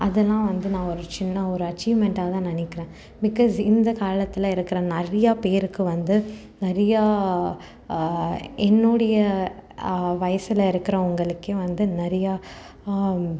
அதல்லாம் வந்து நான் ஒரு சின்ன ஒரு அச்சீவ்மெண்டாக தான் நினைக்கிறேன் பிகாஸ் இந்த காலத்தில் இருக்கிற நிறையா பேருக்கு வந்து நிறையா என்னுடைய வயதுல இருக்கிறவங்களுக்கே வந்து நிறையா